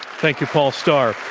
thank you, paul starr.